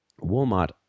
Walmart